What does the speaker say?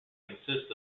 consists